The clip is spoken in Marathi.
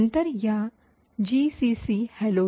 नंतर या जीसीसी हॅलो